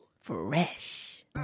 Fresh